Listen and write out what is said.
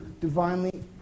divinely